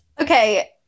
Okay